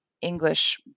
English